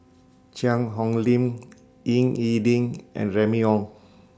Cheang Hong Lim Ying E Ding and Remy Ong